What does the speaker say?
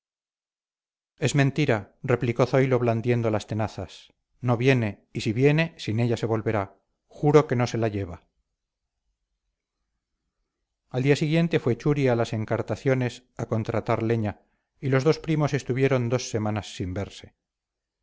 es mentira replicó zoilo blandiendo las tenazas no viene y si viene sin ella se volverá juro que no se la lleva al día siguiente fue churi a las encartaciones a contratar leña y los dos primos estuvieron dos semanas sin verse